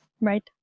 right